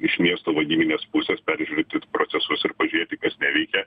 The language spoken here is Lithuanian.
iš miesto vadybinės pusės peržiūrėti procesus ir pažiūrėti kas neveikia